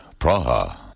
Praha